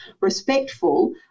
respectful